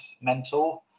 mentor